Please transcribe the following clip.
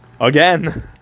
Again